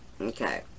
Okay